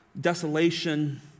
Desolation